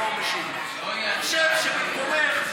אני חושב שבמקומך,